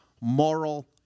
Moral